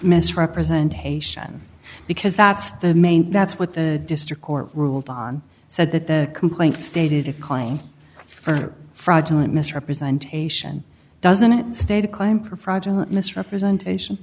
misrepresentation because that's the main that's what the district court ruled on said that the complaint stated it calling for fraudulent misrepresentation doesn't it state a claim for fraudulent misrepresentation